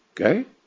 Okay